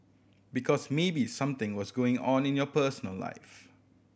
because maybe something was going on in your personal life